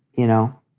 you know,